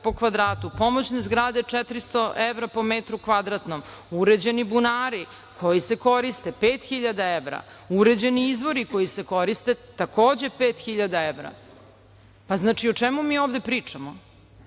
po kvadratu, pomoćne zgrade 400 evra po metru kvadratnom, uređeni bunari koji se koriste 5.000 evra, uređeni izvori koji se koriste, takođe, pet hiljada evra, pa znači o čemu mi ovde pričamo?